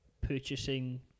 purchasing